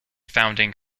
founding